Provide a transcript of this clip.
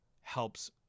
helps